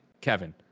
Kevin